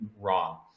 wrong